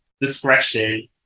discretion